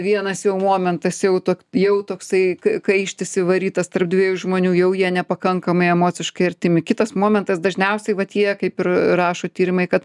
vienas jau momentas jau tok jau toksai kaištis įvarytas tarp dviejų žmonių jau jie nepakankamai emociškai artimi kitas momentas dažniausiai va tie kaip ir rašo tyrimai kad